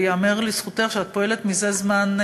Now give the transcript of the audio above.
וייאמר לזכותך שאת פועלת זה זמן,